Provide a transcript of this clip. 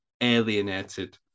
alienated